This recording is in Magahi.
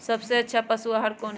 सबसे अच्छा पशु आहार कोन हई?